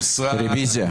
הוסרה.